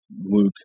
Luke